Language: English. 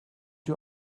you